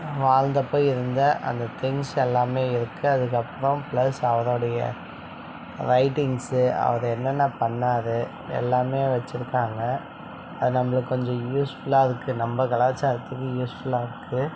வாழ்ந்தப்போ இருந்த அந்த திங்ஸ் எல்லாமே இருக்குது அதுக்கு அப்புறம் பிளஸ் அவருடைய ரைட்டிங்ஸ்ஸு அவர் என்னென்ன பண்ணிணாரு எல்லாமே வச்சுருக்காங்க அது நம்மளுக்கு கொஞ்சம் யூஸ்ஃபுல்லாயிருக்கு நம்ம கலாச்சாரத்துக்கு யூஸ்ஃபுல்லாயிருக்கு